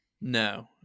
No